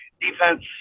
defense